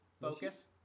focus